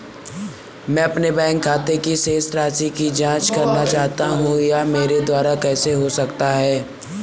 मैं अपने बैंक खाते की शेष राशि की जाँच करना चाहता हूँ यह मेरे द्वारा कैसे हो सकता है?